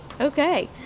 Okay